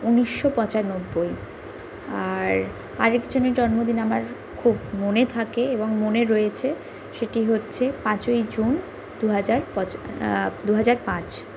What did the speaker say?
উনিশো পঁচানব্বই আর আরেক জনের জন্মদিন আমার খুব মনে থাকে এবং মনে রয়েছে সেটি হচ্ছে পাঁচই জুন দু হাজার দু হাজার পাঁচ